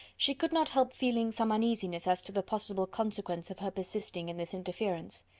she could not help feeling some uneasiness as to the possible consequence of her persisting in this interference.